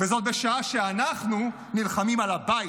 וזאת בשעה שאנחנו נלחמים על הבית.